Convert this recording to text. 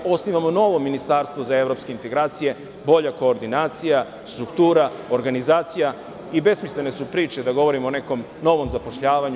Osnivamo novo ministarstvo za evropske integracije, bolja koordinacija, struktura, organizacija i besmislene su priče da govorimo o nekom novom zapošljavanju.